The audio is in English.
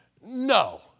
No